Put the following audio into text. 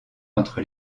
entre